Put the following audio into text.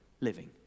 living